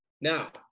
Now